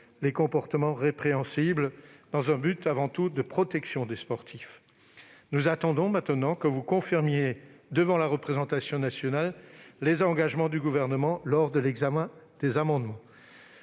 les comportements répréhensibles, dans un but de protection des sportifs avant tout. Nous attendons maintenant que vous confirmiez devant la représentation nationale les engagements du Gouvernement lors de l'examen des amendements.